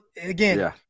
again